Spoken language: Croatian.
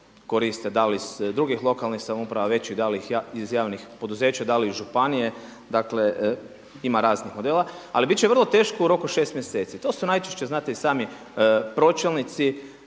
koriste da li iz drugih lokalnih samouprava većih, da li iz javnih poduzeća, da li iz županije, dakle, ima raznih modela. Ali bit će vrlo teško u roku šest mjeseci. To su najčešće znate i sami pročelnici